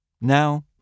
Now